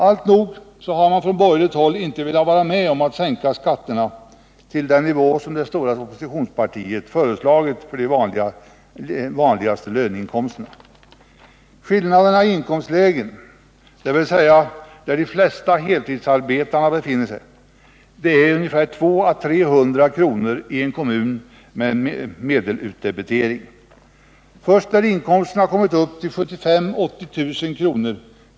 Alltnog så har man inte från borgerligt håll velat vara med om att sänka skatterna till den nivå som det stora oppositionspartiet föreslagit för de vanligaste löneinkomsterna. Skillnaden i dessa inkomstlägen, dvs. där de flesta heltidsarbetande befinner sig, är 200-300 kr. i en kommun med medelutdebitering. Först när inkomsterna kommit upp till 75 000-80 000 kr.